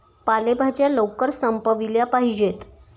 पालेभाज्या लवकर संपविल्या पाहिजेत